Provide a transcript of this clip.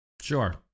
Sure